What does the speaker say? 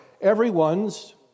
everyone's